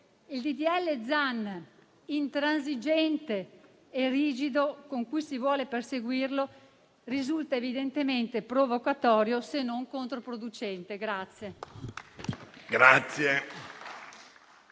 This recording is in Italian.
legge Zan, intransigente e rigido, con cui si vuole perseguirlo, risulta evidentemente provocatorio, se non controproducente.